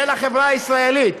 של החברה הישראלית.